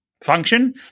function